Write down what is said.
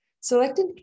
Selected